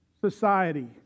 society